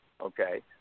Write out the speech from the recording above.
Okay